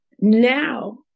Now